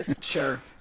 Sure